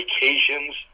vacations